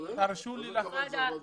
זה התפקיד שלכם.